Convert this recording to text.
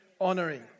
honoring